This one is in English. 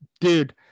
Dude